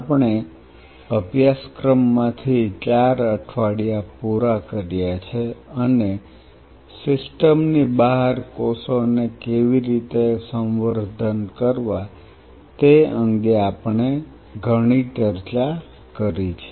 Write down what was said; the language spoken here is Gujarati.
આપણે અભ્યાસક્રમમાંથી 4 અઠવાડિયા પૂરા કર્યા છે અને સિસ્ટમ ની બહાર કોષોને કેવી રીતે સંવર્ધન કરવા તે અંગે આપણે ઘણી ચર્ચા કરી છે